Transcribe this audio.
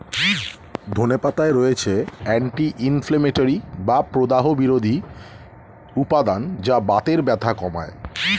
ধনে পাতায় রয়েছে অ্যান্টি ইনফ্লেমেটরি বা প্রদাহ বিরোধী উপাদান যা বাতের ব্যথা কমায়